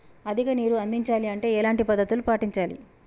అధిక నీరు అందించాలి అంటే ఎలాంటి పద్ధతులు పాటించాలి?